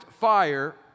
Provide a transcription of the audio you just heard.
fire